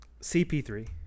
CP3